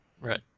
Right